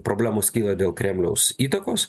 problemos kyla dėl kremliaus įtakos